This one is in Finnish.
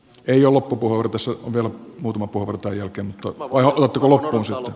en jo loppukurvissa vielä muutama puurtajakin tok on tullut osa